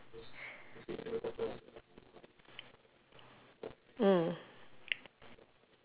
mm